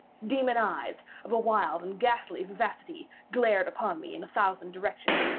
demon eyes, of a wild and ghastly vivacity, glared upon me in a thousand directions,